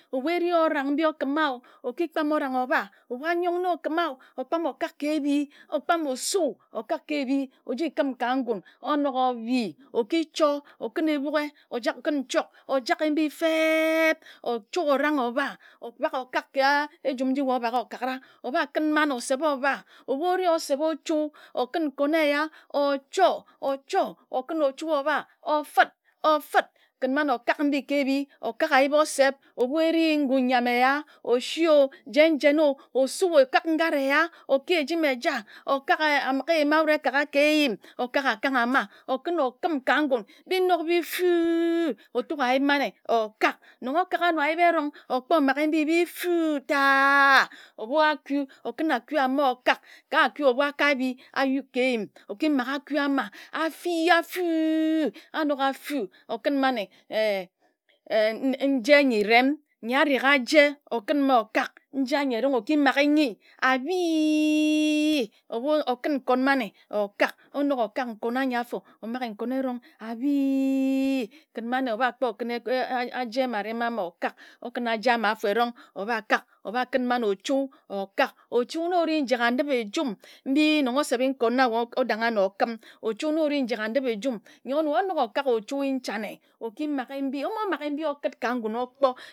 Ebu ere orang mbi okima o okipam orang oba ebu anyong nor okima o okpam okak ke ebi okpam osu okak ke ebi ojikim ka ngan onok obi okichor okin ebuk e ojak kun nchok ojake mbi feb. ochuke orang oba obak okak ka. ejum nji wae obak okaka oooba kin mman osep oba ebu ore osep ochu oku nkon eya ochor ochor okin ochu oba ofid ofid kin man okak mbi ke ebi okak ayip osep ebu eri ngu nyan eya osi o jen jen o osu okaka ngad eya oke ejim eja okak amige eyi ma wud ekak a ke eyim ekak akang ama okun okim ka ngun bin nok bi fu otok ayip mane okak nong okak anor ayip erong okpor mmgo mbini ebi fu ta. ebu aku okin aku ama okak ka aku ebu akabi ayid ke eyim okima ge aku ama afi afu anok afu okin mare eh nje nirem nyi arek aje okin mma okak nje anyi erong oki-ma ge nyi abi. ebu ekun nkon mane okak onok okak nkon anyi afor omage nkon erong abi. kin man oba kpor okun aje maa orem anor okak okak aje ama afor erong obakak abakun man ochu okak ochu nor ore njek a ndip ejum mbi nong osepi nkon mbi odang anor okim ochu nor ore njek a ndip ejum nyi wae onok okaka ochui nchane oki ma ge mbi omo ma go mbi okid ka ngun okpor